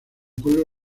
pueblo